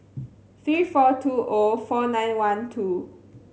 three four two O four nine one two